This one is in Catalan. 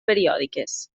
periòdiques